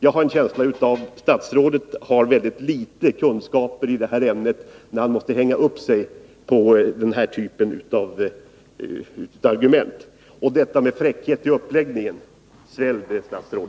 Jag har en känsla av att statsrådet har väldigt litet kunskaper i ämnet, när han måste hänga upp sitt resonemang på den här typen av argument. Och detta med fräckhet i uppläggningen — svälj det, herr statsråd!